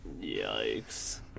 Yikes